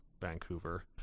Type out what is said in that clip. Vancouver